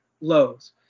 lows